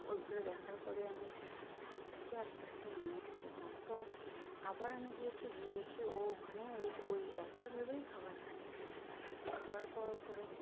ওইগুলো দেখার পরে আমি ছাদ থেকে আস্তে আস্তে নেমে এসেছি তারপর আবার আমি গিয়েছি গিয়ে দেখি ও ওখানে ওই যে ওই একইভাবেই খাবার খাচ্ছে খাবার খাওয়ার পরে